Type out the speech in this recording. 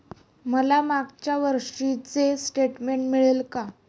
मला मागच्या वर्षीचे स्टेटमेंट मिळेल का?